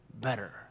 better